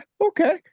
okay